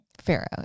pharaoh